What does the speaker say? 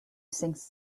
sinks